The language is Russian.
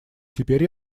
теперь